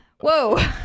Whoa